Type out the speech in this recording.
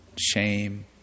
shame